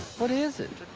what is it?